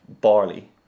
barley